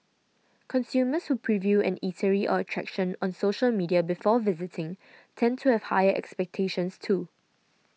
consumers who preview an eatery or attraction on social media before visiting tend to have higher expectations too